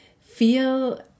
feel